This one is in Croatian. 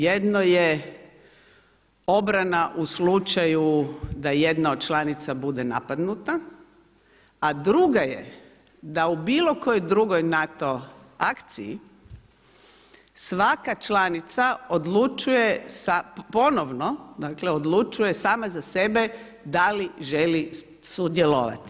Jedno je obrana u slučaju da jedna od članica bude napadnuta, a druga je da u bilo kojoj drugoj NATO akciji, svaka članica odlučuje ponovno dakle odlučuje sama za sebe da li želi sudjelovati.